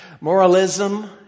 Moralism